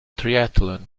triathlon